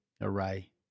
array